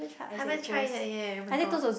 haven't try yet leh oh-my-god